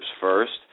first